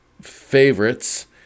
favorites